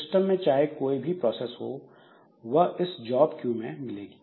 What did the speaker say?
system में चाहे कोई भी प्रोसेस हो वह इस जॉब क्यू में मिलेगी